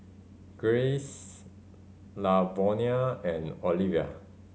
Grayce Lavonia and Olivia